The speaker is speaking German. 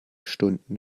stunden